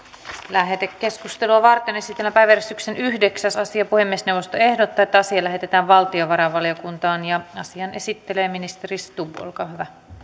lähetekeskustelua varten esitellään päiväjärjestyksen yhdeksäs asia puhemiesneuvosto ehdottaa että asia lähetetään valtiovarainvaliokuntaan asian esittelee ministeri stubb olkaa hyvä